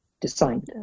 designed